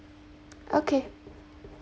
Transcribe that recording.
okay